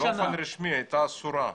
באופן רשמי היא הייתה אסורה.